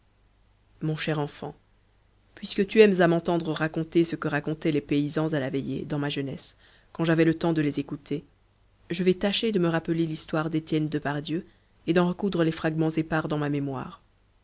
mon cher enfant puisque tu aimes à m'entendre raconter ce que racontaient les paysans à la veillée dans ma jeunesse quand j'avais le temps de les écouter je vais tâcher de me rappeler l'histoire d'etienne depardieu et d'en recoudre les fragments épars dans ma mémoire